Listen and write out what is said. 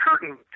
curtain